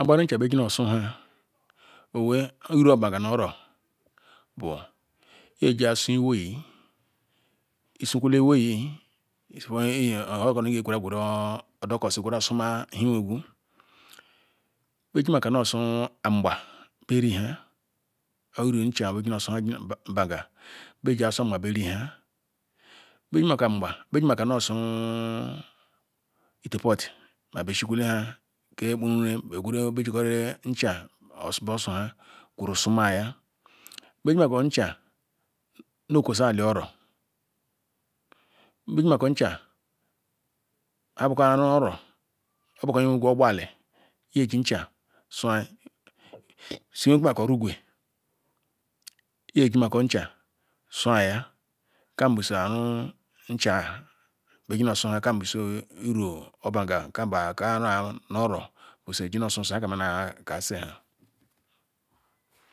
Ogbarui nchebe inosunya owei iru obaga noh oru bu iyejia noh ofu iwei isukwele iwei ohoke odokosi nhe-iwegeu wrh jimaka nu osu angba beb gimaka noh-osu iteh pot mah behshikwenu hahi nkepuru ireh weh guru ncha boh osua nbejimako ncha neh ekuosa ali-oro nbejimako ncha abuko aru oro obu nge weh gu ogbor Ali weh Jimako ncha su-ah werumako igwe weh jimako ncha su-ah ncha beh ji noh osu iru obaga kam bu aka ru-a noh oro noh osusia